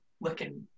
looking